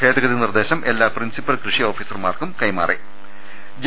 ഭേദഗതി നിർദേശം എല്ലാ പ്രിൻസിപ്പൽ കൃഷി ഓഫീസർമാർക്കും കൈമാറിയിട്ടുണ്ട്